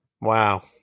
Wow